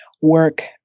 work